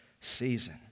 season